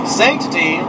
sanctity